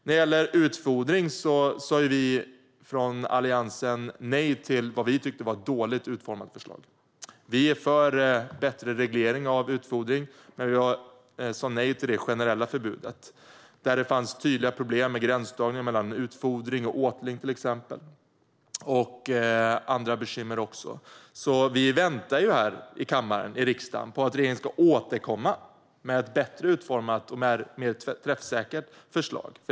När det gäller utfodring sa vi från Alliansen nej till vad vi tyckte var ett dåligt utformat förslag. Vi är för bättre reglering av utfodring, men vi sa nej till det generella förbudet. Det fanns till exempel tydliga problem med gränsdragningen mellan utfodring och åtling och också andra bekymmer. Vi väntar i kammaren i riksdagen på att regeringen ska återkomma med ett bättre utformat och mer träffsäkert förslag.